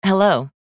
Hello